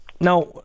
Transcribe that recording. Now